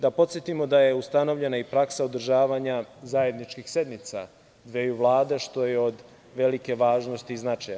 Da podsetimo da je ustanovljena i praksa održavanja zajedničkih sednica dveju vlada, što je od velike važnosti i značaja.